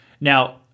Now